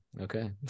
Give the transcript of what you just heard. Okay